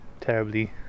terribly